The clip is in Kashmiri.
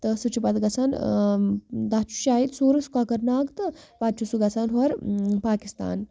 تہٕ سُہ چھُ پَتہٕ گژھان تَتھ چھُ شاید سورُس کۄکَرناگ تہٕ پَتہٕ چھُ سُہ گژھان ہور پاکِستان